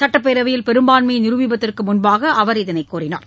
சுட்டப்பேரவையில் பெரும்பான்மையை நிருபிப்பதற்கு முன்பாக அவர் இதனை தெரிவித்தார்